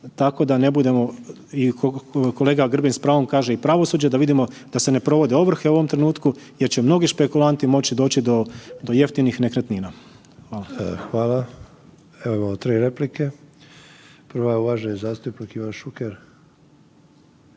tako da ne budemo i kolega Grbin s pravom kaže i pravosuđe da vidimo, da se ne provode ovrhe u ovom trenutku jer će mnogi špeklulatni moći doći do jeftinih nekretnina. **Sanader, Ante (HDZ)** Hvala. Imamo tri replike. Prva je uvaženi zastupnik Ivan Šuker.